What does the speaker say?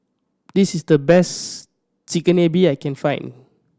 this is the best Chigenabe I can find